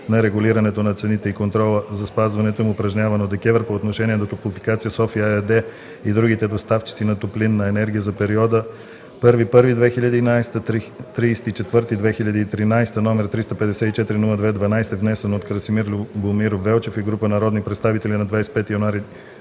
на регулирането на цените и контрола за спазването им, упражняван от ДКЕВР по отношение на „Топлофикация – София” ЕАД и другите доставчици на топлинна енергия за периода 1 януари 2011 г. – 30 април 2013 г., № 354-02-12, внесен от Красимир Любомиров Велчев и група народни представители на 25 януари